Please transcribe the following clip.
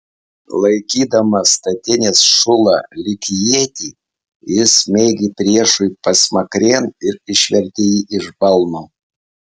laikydamas statinės šulą lyg ietį jis smeigė priešui pasmakrėn ir išvertė jį iš balno